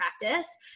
practice